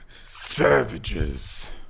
Savages